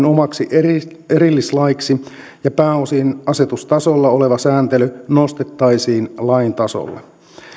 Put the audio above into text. omaksi erillislaiksi ja pääosin asetustasolla oleva sääntely nostettaisiin lain tasolle